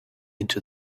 into